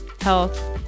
health